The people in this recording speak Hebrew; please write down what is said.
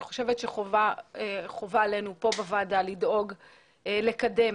אני חושבת שחובה עלינו כאן בוועדה לדאוג לקדם.